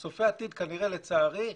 לצערי,